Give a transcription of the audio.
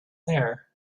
there